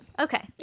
Okay